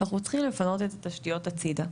ואנחנו צריכים לפנות את התשתיות הצידה.